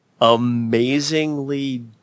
amazingly